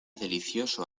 delicioso